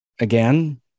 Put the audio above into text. Again